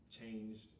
changed